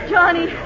Johnny